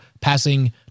passing